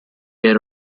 era